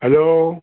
hello